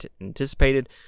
anticipated